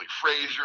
Frazier